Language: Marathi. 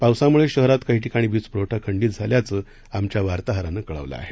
पावसामुळे शहरात काही ठिकाणी वीजपुरवठा खंडित झाल्याचं आमच्या वार्ताहरानं कळवलं आहे